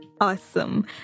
Awesome